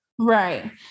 right